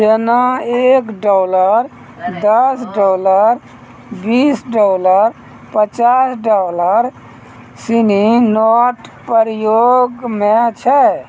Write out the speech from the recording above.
जेना एक डॉलर दस डॉलर बीस डॉलर पचास डॉलर सिनी नोट प्रयोग म छै